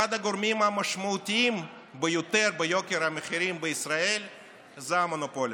אחד הגורמים המשמעותיים ביותר ביוקר המחירים בישראל הוא המונופולים.